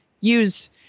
use